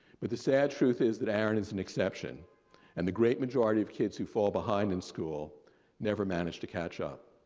but the sad truth is that aaron is an exception and the great majority of kids who fall behind in school never managed to catch up.